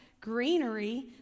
greenery